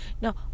no